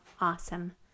awesome